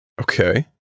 Okay